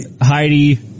Heidi